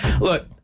Look